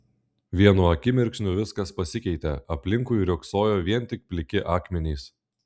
vienu akimirksniu viskas pasikeitė aplinkui riogsojo vien tik pliki akmenys